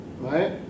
Right